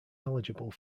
eligible